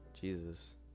Jesus